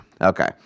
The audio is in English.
Okay